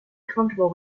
comfortable